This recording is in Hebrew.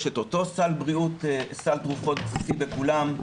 יש את אותו סל תרופות בסיסי לכולן,